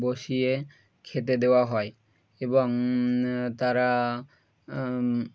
বসিয়ে খেতে দেওয়া হয় এবং তারা